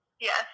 Yes